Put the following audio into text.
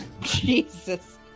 Jesus